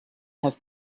have